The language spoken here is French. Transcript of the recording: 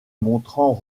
montrant